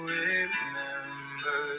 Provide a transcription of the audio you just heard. remember